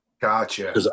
gotcha